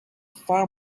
far